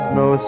no